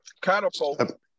catapult